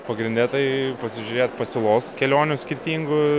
pagrinde tai pasižiūrėt pasiūlos kelionių skirtingų